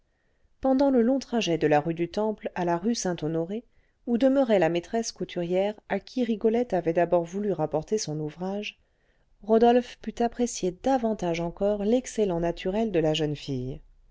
pendant le long trajet de la rue du temple à la rue saint-honoré où demeurait la maîtresse couturière à qui rigolette avait d'abord voulu rapporter son ouvrage rodolphe put apprécier davantage encore l'excellent naturel de la jeune fille